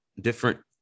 different